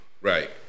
Right